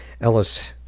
Ellis